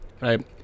right